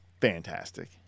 fantastic